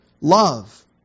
Love